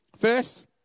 first